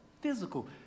physical